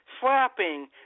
slapping